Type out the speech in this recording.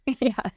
Yes